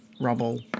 Rubble